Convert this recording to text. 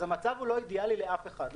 אז המצב הוא לא אידיאלי לאף אחד,